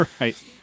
Right